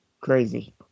crazy